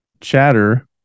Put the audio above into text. chatter